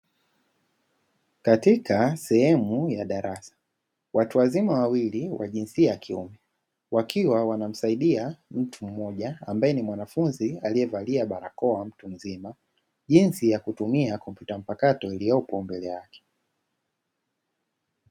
Katika sehemu ya darasa watu wazima wawili wa jinsia ya kiume, wakiwa wanamsaidia mtu mmoja ambaye ni mwanafunzi aliyevalia barakoa mtu mzima jinsi ya kutumia kompyuta mpakato iliyopo mbele yake.